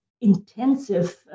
intensive